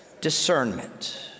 discernment